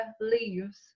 leaves